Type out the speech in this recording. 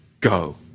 go